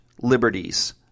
liberties